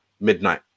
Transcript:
midnight